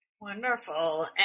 Wonderful